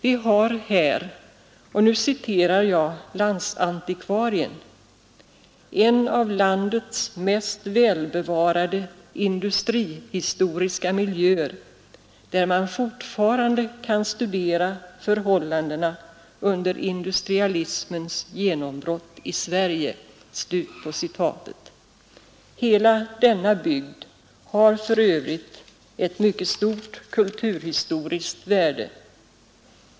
Vi har här enligt landsantikvarien ”en av landets mest välbevarade industrihistoriska miljöer där man fortfarande kan studera förhållandena under industrialismens genombrott i Sverige”. Hela denna bygd har f. ö. ett mycket stort kulturhistoriskt värde.